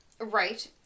Right